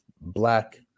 black